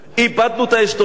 איבדנו את העשתונות.